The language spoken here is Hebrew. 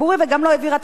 וגם לא העבירה את הכסף,